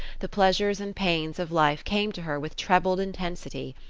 the pleasures and pains of life came to her with trebled intensity.